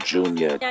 Junior